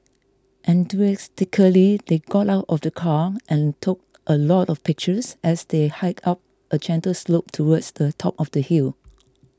enthusiastically they got out of the car and took a lot of pictures as they hiked up a gentle slope towards the top of the hill